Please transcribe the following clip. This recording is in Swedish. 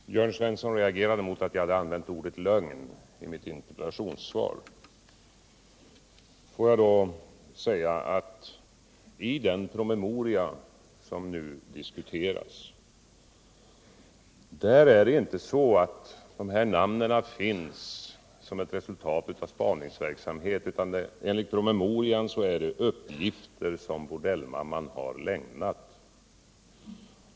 Herr talman! Jörn Svensson reagerade mot att jag i mitt interpellationssvar använde ordet lögn. Får jag då säga att de namn som förekommer i den promemoria som vi nu diskuterar inte är resultatet av spaningsverksamhet, utan enligt promemorian är det uppgifter som bordellmamman har lämnat.